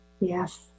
Yes